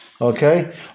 Okay